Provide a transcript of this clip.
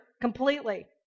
completely